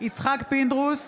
יצחק פינדרוס,